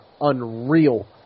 unreal